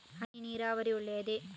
ಹನಿ ನೀರಾವರಿ ಒಳ್ಳೆಯದೇ?